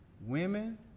women